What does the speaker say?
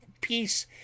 peace